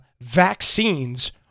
vaccines